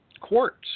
quartz